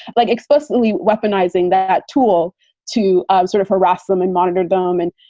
like, explicitly weaponized that tool to sort of harass them and monitor dohm and,